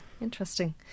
interesting